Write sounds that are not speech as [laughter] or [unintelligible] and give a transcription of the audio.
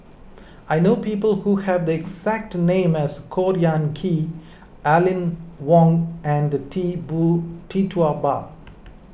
I know people who have the exact name as Khor Ean Ghee Aline Wong and Tee [unintelligible] Tee Tua Ba